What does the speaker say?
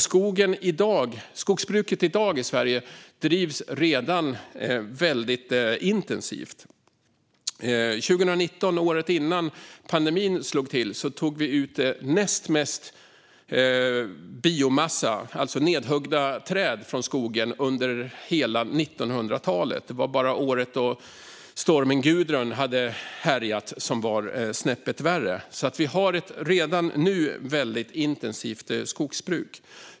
Skogsbruket i Sverige drivs redan väldigt intensivt. År 2019, året innan pandemin slog till, tog vi ut mer biomassa - alltså nedhuggna träd - från skogen än vad vi gjort under något år under hela 1900-talet eller 2000-talet bortsett från året då stormen Gudrun härjade; det året var snäppet värre. Vi har alltså redan nu ett väldigt intensivt skogsbruk.